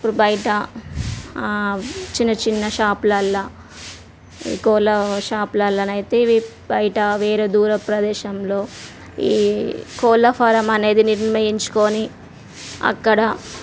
ఇప్పుడు బయట చిన్న చిన్న షాప్లలో ఈ కోళ్ళ షాప్లలోనైతే ఇవి బయట వేరే దూర ప్రదేశంలో ఈ కోళ్ళ ఫారమ్ అనేది నిర్ణయించుకొని అక్కడ